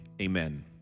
amen